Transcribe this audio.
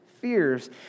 fears